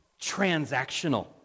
transactional